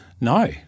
No